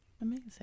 Amazing